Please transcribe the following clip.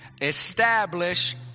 Establish